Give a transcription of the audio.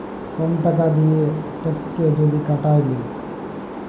কম টাকা দিঁয়ে ট্যাক্সকে যদি কাটায় লেই